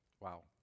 Wow